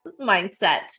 mindset